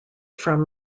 from